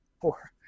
four